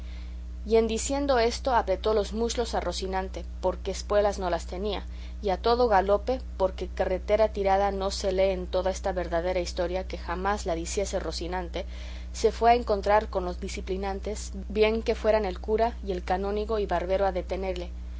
y en diciendo esto apretó los muslos a rocinante porque espuelas no las tenía y a todo galope porque carrera tirada no se lee en toda esta verdadera historia que jamás la diese rocinante se fue a encontrar con los diciplinantes bien que fueran el cura y el canónigo y barbero a detenelle